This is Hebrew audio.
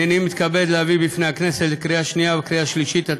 הנני מתכבד להביא בפני הכנסת לקריאה שנייה ולקריאה שלישית את